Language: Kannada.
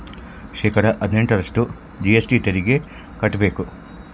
ಶೇಕಡಾ ಹದಿನೆಂಟರಷ್ಟು ಜಿ.ಎಸ್.ಟಿ ತೆರಿಗೆ ಕಟ್ಟ್ಬೇಕು